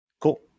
Cool